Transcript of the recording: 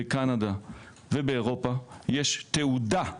בקנדה ובאירופה יש תעודה,